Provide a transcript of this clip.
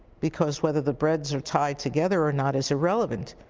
because whether the breads are tied together or not is irrelevant.